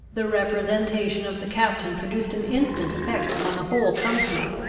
the representation of the captain produced an instant effect upon the whole company.